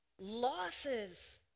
losses